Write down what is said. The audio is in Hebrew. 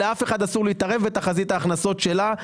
לאף אחד אסור להתערב בתחזית ההכנסות שלה,